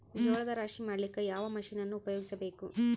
ಜೋಳದ ರಾಶಿ ಮಾಡ್ಲಿಕ್ಕ ಯಾವ ಮಷೀನನ್ನು ಉಪಯೋಗಿಸಬೇಕು?